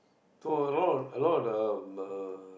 so a lot of a lot of them uh